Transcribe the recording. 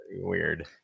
weird